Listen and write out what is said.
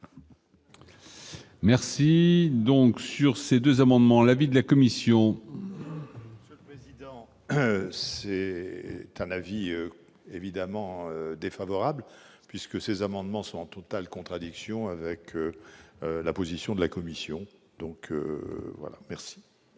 Merci donc sur ces 2 amendements, l'avis de la commission. C'est un avis évidemment défavorable puisque ces amendements sont en totale contradiction avec la position de la Commission, donc voilà, merci. Celui